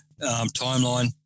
timeline